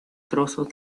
trozos